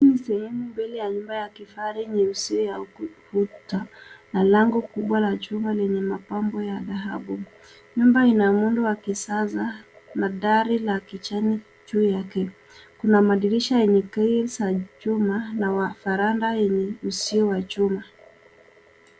Hii ni sehemu mbele ya nyumba ya kifahari nyeusi ya ukuta na lango kubwa la chuma lenye mapambo ya dhahabu. Nyumba ina muundo wa kisasa na dari la kijani juu Yake kuna madirisha yenye kreli ya chuma na veranda usio wa chuma.